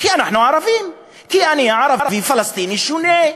כי אנחנו ערבים, כי אני ערבי-פלסטיני שונה,